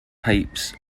pipes